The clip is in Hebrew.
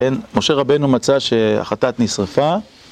אין, משה רבנו מצא שהחטאת נשרפה.